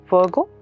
Virgo